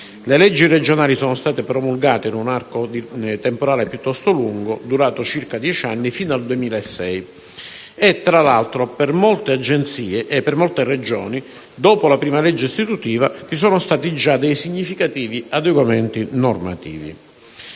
Le leggi regionali sono state promulgate in un arco temporale piuttosto lungo, durato circa dieci anni, fino al 2006 e per molte Agenzie e Regioni, dopo la prima legge istitutiva, vi sono già stati significativi aggiornamenti normativi.